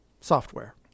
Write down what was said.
software